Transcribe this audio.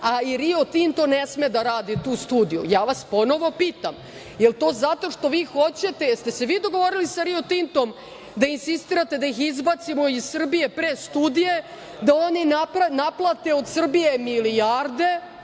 a Rio Tinto ne sme da radi tu studiju. Ja vas ponovo pitam da li to zato što vi hoćete? Da li ste se vi dogovorili sa Rio Tintom, da insistirate, da ih izbacimo iz Srbije pre studije, da oni naplate od Srbije milijarde,